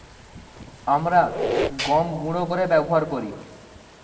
আমরা গম গুঁড়ো করে ব্যবহার করি